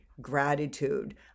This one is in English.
gratitude